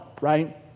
right